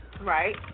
Right